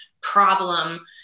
problem